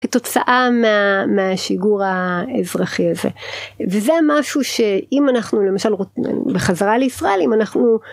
כתוצאה מהשיגור האזרחי הזה. וזה משהו שאם אנחנו למשל, בחזרה לישראל, אם אנחנו...